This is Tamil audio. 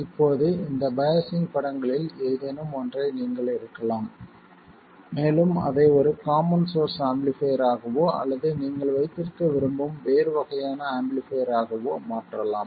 இப்போது இந்தச் பையாஸிங் படங்களில் ஏதேனும் ஒன்றை நீங்கள் எடுக்கலாம் மேலும் அதை ஒரு காமன் சோர்ஸ் ஆம்பிளிஃபைர் ஆகவோ அல்லது நீங்கள் வைத்திருக்க விரும்பும் வேறு வகையான ஆம்பிளிஃபைர் ஆகவோ மாற்றலாம்